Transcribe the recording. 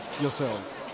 yourselves